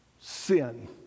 sin